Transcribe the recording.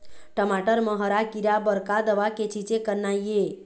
टमाटर म हरा किरा बर का दवा के छींचे करना ये?